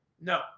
No